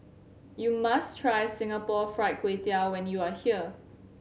you must try Singapore Fried Kway Tiao when you are here